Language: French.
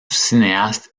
cinéaste